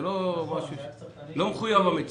זה לא מחויב המציאות.